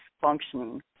functioning